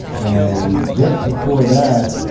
and just before that,